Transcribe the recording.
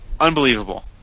unbelievable